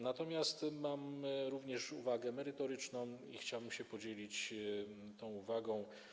Natomiast mam również uwagę merytoryczną i chciałbym się podzielić tą uwagą.